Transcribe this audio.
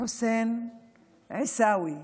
חוסין עיסאווי,